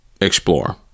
explore